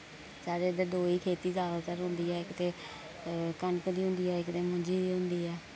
साढ़े इद्धर दो ही खेती ज्यादातर होंदी ऐ इक ते कनक दी होंदी ऐ इक ते मुंजी दी होंदी ऐ